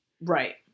Right